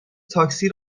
تاکسی